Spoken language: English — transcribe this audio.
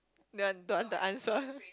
the don't want to answer